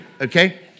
okay